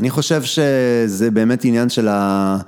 אני חושב שזה באמת עניין של ה...